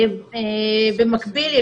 במקביל,